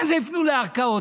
מה זה יפנו לערכאות?